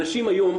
אנשים היום,